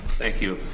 thank you,